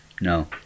No